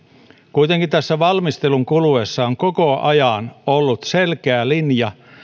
kuitenkin tässä valmistelun kuluessa on koko ajan ollut se selkeä linja